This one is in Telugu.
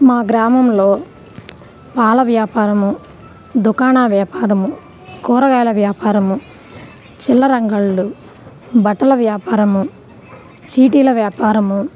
మా గ్రామంలో పాల వ్యాపారము దుకాణ వ్యాపారము కూరగాయల వ్యాపారము చిల్లర అంగళ్ళు బట్టల వ్యాపారము చీటీల వ్యాపారము